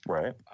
Right